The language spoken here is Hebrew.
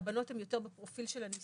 והבנות הן יותר בפרופיל של הנזקקות,